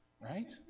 right